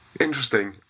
Interesting